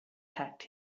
packed